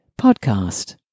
podcast